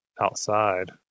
Outside